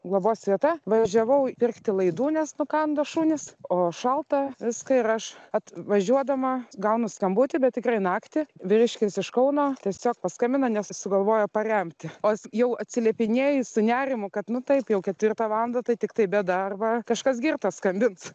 globos vieta važiavau pirkti laidų nes nukando šunys o šalta viską ir aš atvažiuodama gaunu skambutį bet tikrai naktį vyriškis iš kauno tiesiog paskambina nes jis sugalvojo paremti o jau atsiliepinėji su nerimu kad nu taip jau ketvirtą valandą tai tiktai bėda arba kažkas girtas skambins